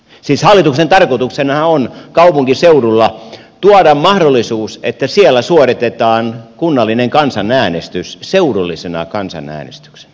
siis hallituksen tarkoituksenahan on kaupunkiseudulle tuoda sellainen mahdollisuus että siellä suoritetaan kunnallinen kansanäänestys seudullisena kansanäänestyksenä